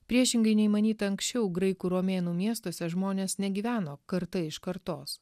priešingai nei manyta anksčiau graikų romėnų miestuose žmonės negyveno karta iš kartos